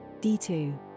D2